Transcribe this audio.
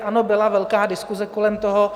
Ano, byla velká diskuse kolem toho.